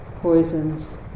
poisons